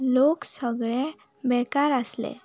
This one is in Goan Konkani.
लोक सगळे बेकार आसले